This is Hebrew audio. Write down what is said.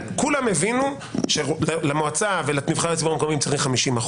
כולם הבינו שלמועצה ולנבחרי הציבור המקומיים צריך 50%,